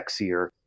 sexier